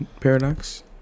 paradox